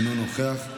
אינו נוכח,